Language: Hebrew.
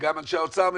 וגם אנשי האוצר מבינים,